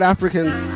Africans